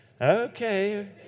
Okay